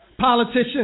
politicians